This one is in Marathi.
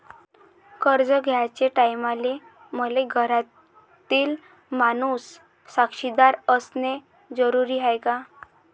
कर्ज घ्याचे टायमाले मले घरातील माणूस साक्षीदार असणे जरुरी हाय का?